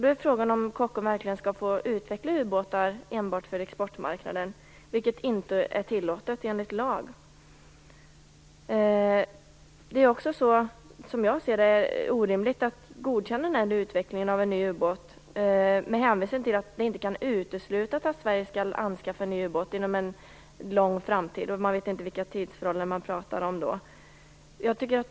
Då är frågan om Kockums verkligen skall utveckla ubåtar enbart för exportmarknaden, vilket inte är tillåtet enligt lag. Som jag ser det är det också orimligt att godkänna utvecklandet av en ny ubåt med hänvisning till att det inte kan uteslutas att Sverige skall anskaffa en ny ubåt inom en avlägsen framtid. Man vet inte vilka tidsförhållanden som man talar om.